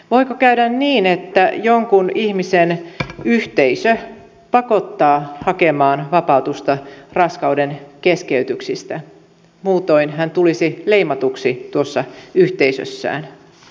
voiko käydä niin että jonkun ihmisen yhteisö pakottaa hakemaan vapautusta raskaudenkeskeytyksistä muutoin hän tulisi leimatuksi tuossa yhteisössään